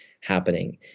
happening